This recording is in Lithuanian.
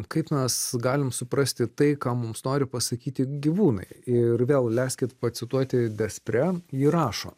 kaip mes galim suprasti tai ką mums nori pasakyti gyvūnai ir vėl leiskit pacituoti despre ji rašo